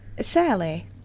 Sally